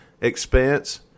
expense